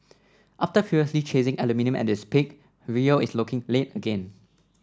after previously chasing aluminium at its peak Rio is looking late again